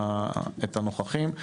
את הנוכחים.